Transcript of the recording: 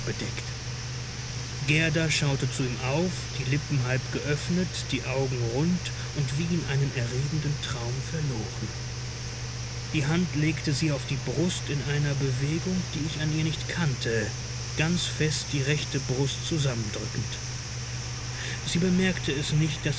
bedeckt gerda schaute zu ihm auf die lippen halb geöffnet die augen rund und wie in einen erregenden traum verloren die hand legte sie auf die brust in einer bewegung die ich an ihr nicht kannte ganz fest die rechte brust zusammendrückend sie bemerkte es nicht daß